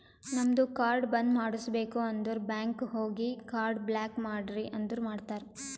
ನಮ್ದು ಕಾರ್ಡ್ ಬಂದ್ ಮಾಡುಸ್ಬೇಕ್ ಅಂದುರ್ ಬ್ಯಾಂಕ್ ಹೋಗಿ ಕಾರ್ಡ್ ಬ್ಲಾಕ್ ಮಾಡ್ರಿ ಅಂದುರ್ ಮಾಡ್ತಾರ್